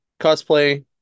cosplay